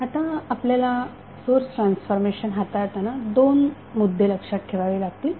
आता आपल्याला source transformation हाताळतांना दोन मुद्दे लक्षात ठेवावे लागतील